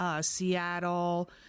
Seattle